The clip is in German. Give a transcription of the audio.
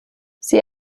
sie